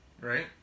Right